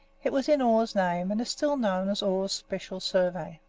it was in orr's name, and is still known as orr's special survey.